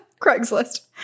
Craigslist